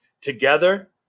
Together